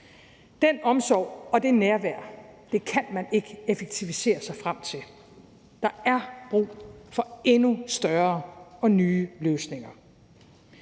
Den omsorg og det nærvær kan man ikke effektivisere sig frem til. Der er brug for endnu større og nye løsninger.